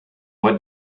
what